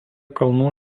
kalnų